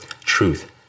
Truth